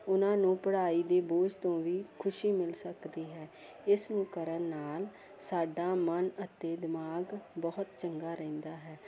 ਉਹਨਾਂ ਨੂੰ ਪੜ੍ਹਾਈ ਦੀ ਬੋਝ ਤੋਂ ਵੀ ਖੁਸ਼ੀ ਮਿਲ ਸਕਦੀ ਹੈ ਇਸ ਨੂੰ ਕਰਨ ਨਾਲ ਸਾਡਾ ਮਨ ਅਤੇ ਦਿਮਾਗ ਬਹੁਤ ਚੰਗਾ ਰਹਿੰਦਾ ਹੈ